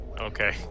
Okay